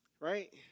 Right